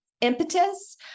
impetus